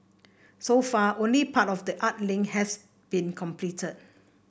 so far only part of the art link has been completed